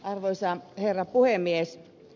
arvoisa herra puhemies